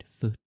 foot